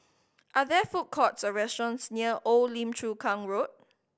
are there food courts or restaurants near Old Lim Chu Kang Road